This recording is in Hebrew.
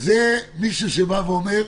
זה מישהו שבא ואומר: